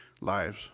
lives